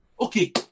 Okay